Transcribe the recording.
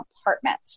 apartment